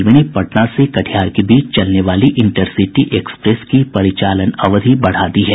पूर्व मध्य रेलवे ने पटना से कटिहार के बीच चलने वाली इंटरसिटी एक्सप्रेस की परिचालन अवधि बढ़ा दी है